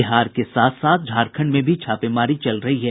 बिहार के साथ साथ झारखंड में भी छापेमारी चल रही है